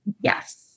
Yes